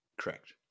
Correct